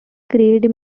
grade